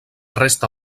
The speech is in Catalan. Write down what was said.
resta